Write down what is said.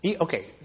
Okay